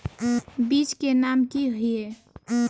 बीज के नाम की हिये?